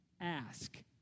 ask